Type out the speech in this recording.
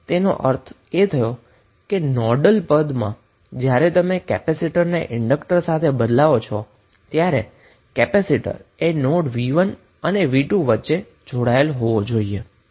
તેનો અર્થ એ થયો કે નોડલ ટર્મમાં જ્યારે તમે આ ઈન્ડકટરને કેપેસિટર સાથે બદલાવો છો ત્યારે કેપેસિટર એ નોડ v1 અને v2 ની વચ્ચે જોડાયેલો હોવો જોઈએ